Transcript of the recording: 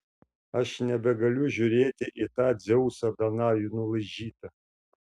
aš nebegaliu žiūrėti į tą dzeusą danajų nulaižytą